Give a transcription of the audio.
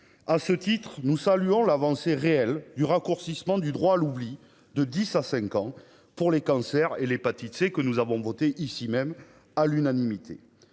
à ce titre, nous saluons l'avancée réelle du raccourcissement du droit à l'oubli de 10 à 5 ans pour les cancers et l'hépatite C, que nous avons voté ici-même à l'unanimité